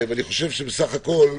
אני חושב שבסך הכל,